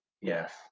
Yes